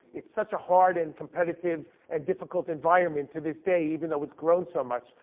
it's such a hard, and competitive, and difficult environment to this day even though it's grown so much.